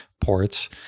ports